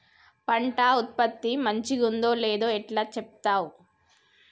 పంట ఉత్పత్తి మంచిగుందో లేదో ఎట్లా చెప్తవ్?